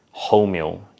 wholemeal